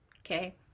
Okay